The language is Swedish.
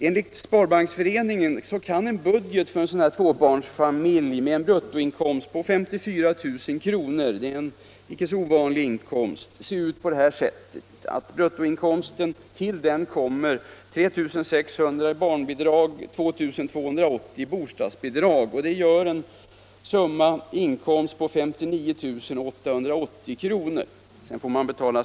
Enligt Sparbanksföreningen kan en budget för en tvåbarnsfamilj med en bruttoinkomst på 54 000 kr. — en icke så ovanlig inkomst — se ut på följande sätt. Till bruttoinkomsten kommer 3 600 kr. i barnbidrag och 2 280 kr. i bostadsbidrag. Det gör en sammanlagd inkomst på 59 880 kr.